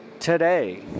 Today